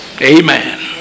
Amen